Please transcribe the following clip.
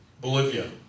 Bolivia